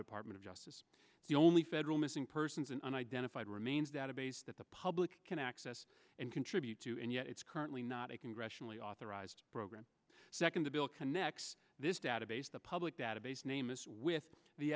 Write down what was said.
department of justice the only federal missing persons and unidentified remains that a base that the public can access and contribute to and yet it's currently not a congressionally authorized program second the bill connects this database the public data base name is with the